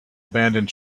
abandoned